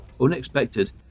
unexpected